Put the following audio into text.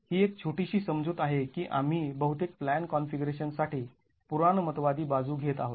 तर ही एक छोटीशी समजूत आहे की आम्ही बहुतेक प्लॅन कॉन्फिगरेशन साठी पुराणमतवादी बाजू घेत आहोत